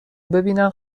ببینن